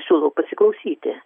siūlau pasiklausyti